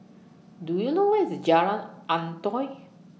Do YOU know Where IS Jalan Antoi